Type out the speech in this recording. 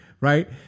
right